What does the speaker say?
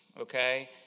okay